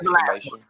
information